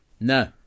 No